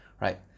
right